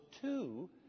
two